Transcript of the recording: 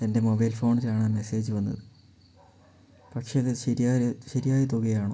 എൻ്റെ മൊബൈൽ ഫോണിൽ ആണ് ആ മെസ്സേജ് വന്നത് പക്ഷെ അത് ശരിയായ ശരിയായ തുകയാണോ